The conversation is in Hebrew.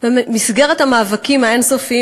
במסגרת המאבקים האין-סופיים